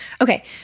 Okay